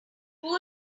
hold